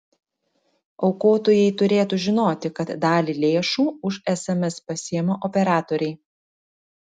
aukotojai turėtų žinoti kad dalį lėšų už sms pasiima operatoriai